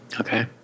Okay